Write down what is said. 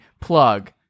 plug